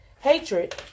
hatred